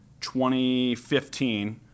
2015